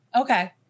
Okay